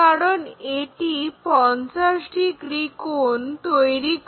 কারণ এটি 50 ডিগ্রি কোণ তৈরি করে